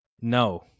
No